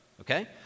okay